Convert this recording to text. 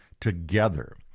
together